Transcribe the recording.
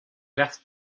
left